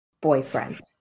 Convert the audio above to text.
boyfriend